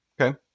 Okay